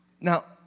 Now